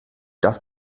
das